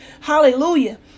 hallelujah